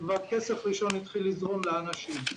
והכסף הראשון התחיל לזרום לאנשים.